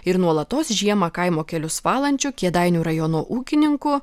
ir nuolatos žiemą kaimo kelius valančiu kėdainių rajono ūkininku